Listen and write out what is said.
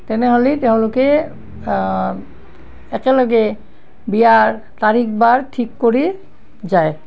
তেনেহ'লি তেওঁলোকে একেলগে বিয়াৰ তাৰিখ বাৰ ঠিক কৰি যায়